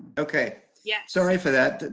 okay. yeah sorry for that,